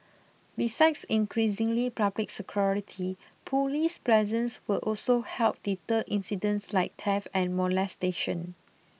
besides increasingly public security police presence will also help deter incidents like theft and molestation